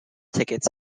tickets